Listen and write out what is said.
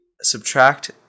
subtract